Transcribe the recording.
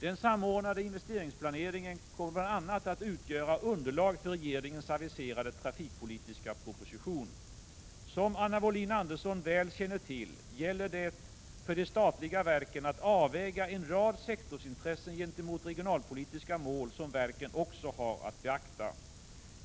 Den samordnade investeringsplaneringen kommer bl.a. att utgöra underlag för regeringens aviserade trafikpolitiska proposition. Som Anna Wohlin-Andersson väl känner till gäller det för de statliga verken att avväga en rad sektorsintressen gentemot regionalpolitiska mål som verken också har att beakta.